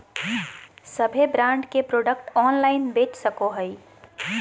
सभे ब्रांड के product online बेच सको हइ